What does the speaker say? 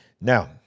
Now